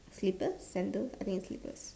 slippers sandals I think it's slippers